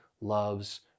loves